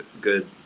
good